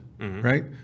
Right